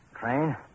Train